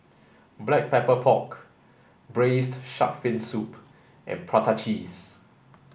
black pepper pork braised shark fin soup and prata cheese